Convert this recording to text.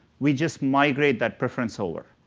we just migrate that preference over.